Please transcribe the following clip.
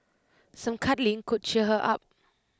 some cuddling could cheer her up